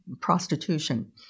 prostitution